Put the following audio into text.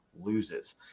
loses